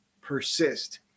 persist